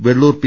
Vellur P